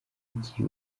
iki